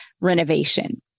renovation